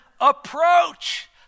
approach